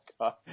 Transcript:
God